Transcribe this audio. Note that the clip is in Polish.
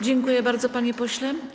Dziękuję bardzo, panie pośle.